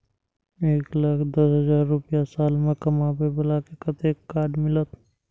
एक लाख दस हजार रुपया साल में कमाबै बाला के कतेक के कार्ड मिलत?